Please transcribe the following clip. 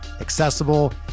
accessible